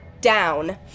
down